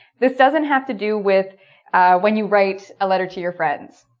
this doesn't have to do with when you write a letter to your friends.